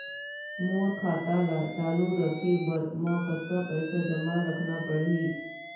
मोर खाता ला चालू रखे बर म कतका पैसा जमा रखना पड़ही?